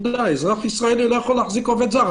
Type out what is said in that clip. אזרח ישראלי לא יכול להחזיק עובד זר.